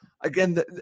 again